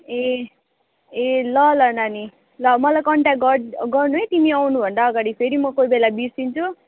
ए ए ल ल नानी ल मलाई कन्ट्याक्ट गर्द गर्नु है तिमी आउनुभन्दा अगाडि फेरि म कोही बेला बिर्सिन्छु